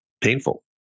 painful